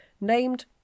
named